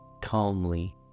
calmly